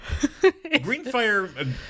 Greenfire